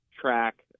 track